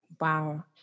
wow